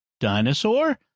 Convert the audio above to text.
dinosaur